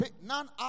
none